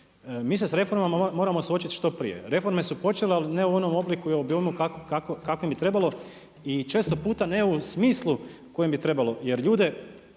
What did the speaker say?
Mi se s reformama moramo suočiti što prije, reforme su počele ali ne u onom obliku i obimu kakvim bi trebalo. I često puta ne u smislu u kojem bi trebalo. Jer ljude,